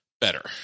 better